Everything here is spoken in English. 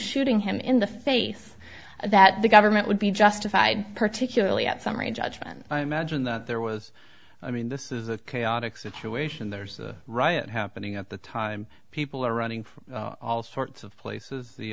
shooting him in the face that the government would be justified particularly at summary judgment imagine that there was i mean this is a chaotic situation there's a riot happening at the time people are running from all sorts of places the